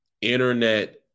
internet